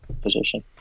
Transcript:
position